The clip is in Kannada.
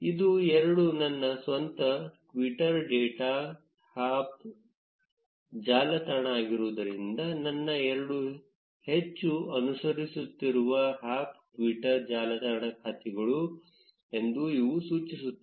ಇದು ಎರಡು ನನ್ನ ಸ್ವಂತ ಟ್ವಿಟ್ಟರ್ ಡೇಟಾದ ಹಾಪ್ ಜಾಲತಾಣ ಆಗಿರುವುದರಿಂದ ನನ್ನ ಎರಡು ಹೆಚ್ಚು ಅನುಸರಿಸುತ್ತಿರುವ ಹಾಪ್ ಟ್ವಿಟರ್ ಜಾಲತಾಣ ಖಾತೆಗಳು ಎಂದು ಇವು ಸೂಚಿಸುತ್ತದೆ